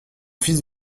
fils